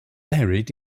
buried